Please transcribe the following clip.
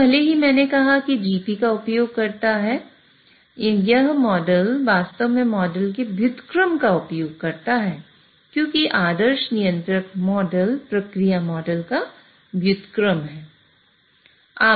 तो भले ही मैंने कहा कि यह Gp का उपयोग करता है यह मॉडल वास्तव में मॉडल के व्युत्क्रम का उपयोग करता है क्योंकि आदर्श नियंत्रक मॉडल प्रक्रिया मॉडल का व्युत्क्रम है